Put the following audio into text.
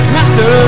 Master